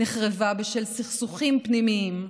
נחרבה בשל סכסוכים פנימיים,